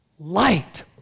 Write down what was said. Light